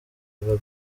gaby